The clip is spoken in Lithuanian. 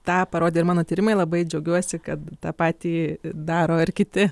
tą parodė ir mano tyrimai labai džiaugiuosi kad tą patį daro ir kiti